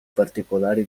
particolari